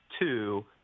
two